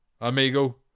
amigo